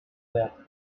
that